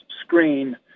screen